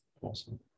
Awesome